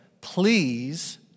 please